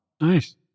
Nice